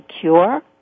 cure